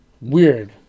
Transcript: Weird